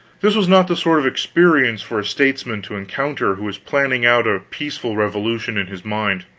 this was not the sort of experience for a statesman to encounter who was planning out a peaceful revolution in his mind.